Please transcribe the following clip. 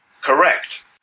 correct